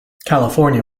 california